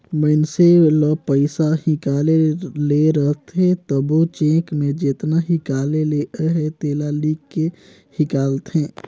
मइनसे ल पइसा हिंकाले ले रहथे तबो चेक में जेतना हिंकाले ले अहे तेला लिख के हिंकालथे